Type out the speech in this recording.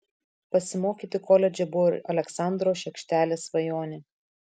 pasimokyti koledže buvo ir aleksandro šiekštelės svajonė